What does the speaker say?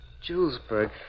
Julesburg